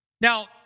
Now